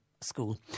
school